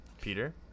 Peter